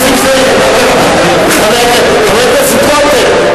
חבר הכנסת רותם,